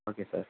okay sir